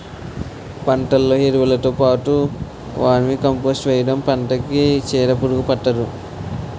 పంటలో ఎరువులుతో పాటు వర్మీకంపోస్ట్ వేయడంతో పంటకి చీడపురుగు పట్టదు